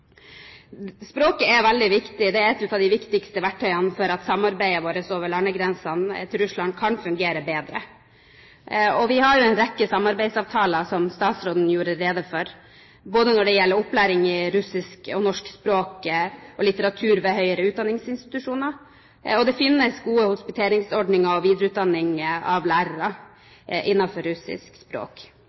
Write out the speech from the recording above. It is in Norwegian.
Språket er veldig viktig. Det er et av de viktigste verktøyene for at samarbeidet vårt over landegrensen til Russland kan fungere bedre. Vi har en rekke samarbeidsavtaler, som statsråden gjorde rede for, både når det gjelder opplæring i russisk og norsk språk og litteratur ved høyere utdanningsinstitusjoner. Det finnes gode hospiteringsordninger og videreutdanning av lærere i russisk språk.